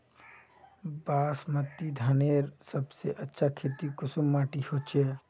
बासमती धानेर सबसे अच्छा खेती कुंसम माटी होचए?